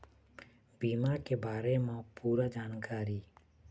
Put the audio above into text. बीमा के बारे म पूरा जानकारी?